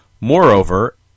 Moreover